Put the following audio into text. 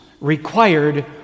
required